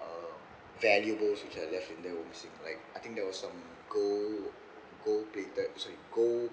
uh valuables which I left in there were missing like I think there was some gold gold plated sorry gold